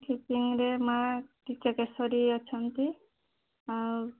ଖିଚିଙ୍ଗରେ ମାଆ କିଚକେଶ୍ୱରୀ ଅଛନ୍ତି ଆଉ